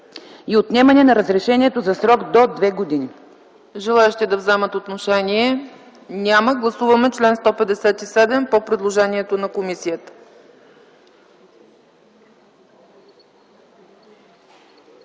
и отнемане на разрешението за срок до две години.”